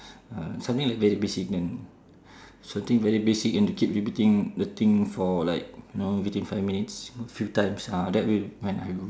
ah something like very basic and something very basic and they keep repeating the thing for like you know within five minutes a few times ah that will when I will